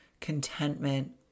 contentment